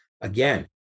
Again